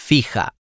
Fija